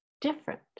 different